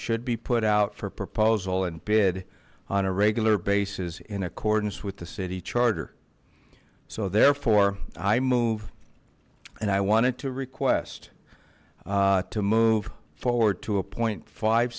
should be put out for proposal and bid on a regular basis in accordance with the city charter so therefore i move and i wanted to request to move forward to appoint five